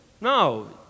No